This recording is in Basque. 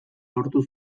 lortu